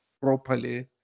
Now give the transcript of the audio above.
properly